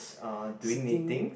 uh doing knitting